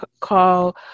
call